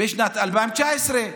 בשנת 2019,